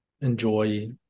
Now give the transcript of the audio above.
enjoy